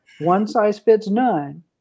one-size-fits-none